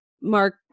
Mark